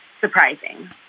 surprising